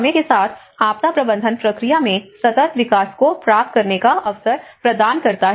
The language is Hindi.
समय के साथ आपदा प्रबंधन प्रक्रिया में सतत विकास को प्राप्त करने का अवसर प्रदान करता है